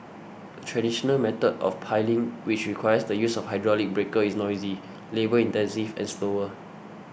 the traditional method of piling which requires the use of a hydraulic breaker is noisy labour intensive and slower